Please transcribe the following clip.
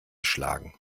schlagen